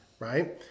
Right